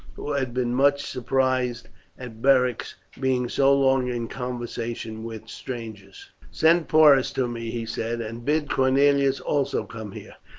who had been much surprised at beric's being so long in conversation with strangers. send porus to me, he said, and bid cornelius also come here.